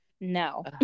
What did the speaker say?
no